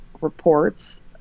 reports